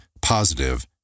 positive